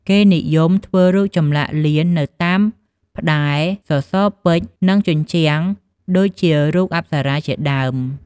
គេនិយមធ្វើរូបចម្លាក់លៀននៅតាមផ្តែរ សសរពេជ្រ និងជញ្ជាំង ដូចជារូបអប្បរាជាដើម។